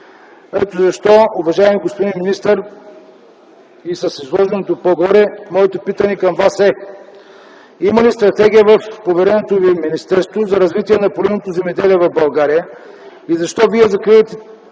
Ето защо, уважаеми господин министър, и с изложеното по-горе, моето питане към Вас е: има ли стратегия в повереното Ви министерство за развитие на поливното земеделие в България и защо Вие закривате